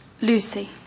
Lucy